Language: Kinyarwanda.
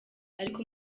ariko